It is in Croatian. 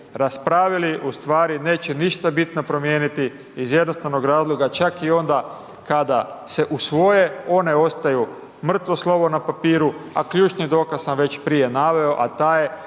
raspravili, ustvari neće ništa bitno promijeniti, iz jednostavnog razloga, kada se usvoje, one ostaju mrtvo slovo na papiru, a ključni dokaz sam već prije naveo, a taj je